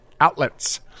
outlets